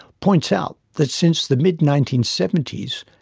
points out that since the mid nineteen seventy s,